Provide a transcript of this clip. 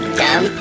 dumb